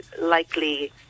likely